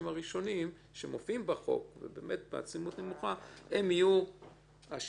הראשונים שמופיעים בחוק ובאמת בעצימות נמוכה הם יהיו במקום